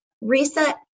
reset